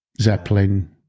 Zeppelin